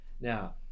Now